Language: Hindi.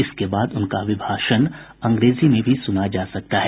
इसके बाद उनका अभिभाषण अंग्रेजी में भी सुना जा सकता है